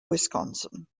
wisconsin